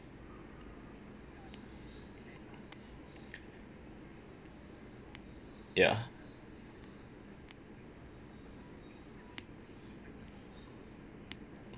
ya